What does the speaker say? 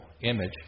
image